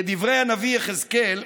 כדברי הנביא יחזקאל: